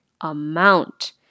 amount